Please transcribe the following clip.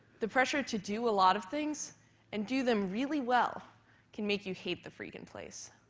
the pressure to do a lot of things and do them really well can make you hate the freaking place.